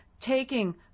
taking